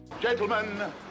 Gentlemen